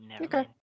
Okay